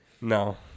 No